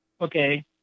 okay